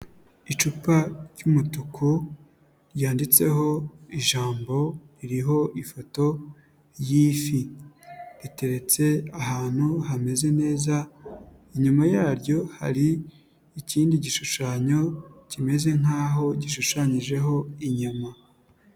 Icupa ry'umutuku ryanditseho ijambo ririho ifoto y'ifi, riteretse ahantu hameze neza, inyuma yaryo hari ikindi gishushanyo kimeze nkaho gishushanyijeho inyama.